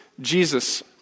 Jesus